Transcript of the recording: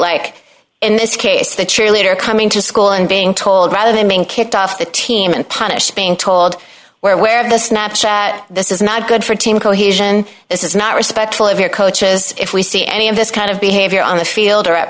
like in this case the cheerleader coming to school and being told rather than being kicked off the team and punished being told where where the snap chat this is not good for team cohesion this is not respectful of your coaches if we see any of this kind of behavior on the field or at